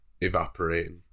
evaporating